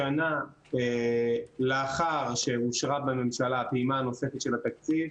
השנה לאחר שאושרה בממשלה הפעימה הנוספת של התקציב,